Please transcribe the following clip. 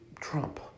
Trump